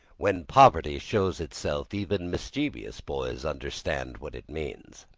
when poverty shows itself, even mischievous boys understand what it means.